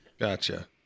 Gotcha